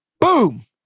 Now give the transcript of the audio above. Boom